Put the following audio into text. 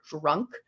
drunk